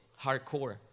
hardcore